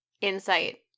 insight